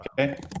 Okay